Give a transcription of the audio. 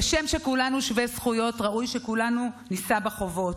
כשם שכולנו שווי זכויות, ראוי שכולנו נישא בחובות.